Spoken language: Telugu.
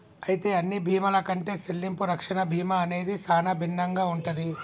అయితే అన్ని బీమాల కంటే సెల్లింపు రక్షణ బీమా అనేది సానా భిన్నంగా ఉంటది